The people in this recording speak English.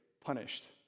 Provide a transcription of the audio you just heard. punished